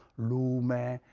lume,